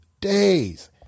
days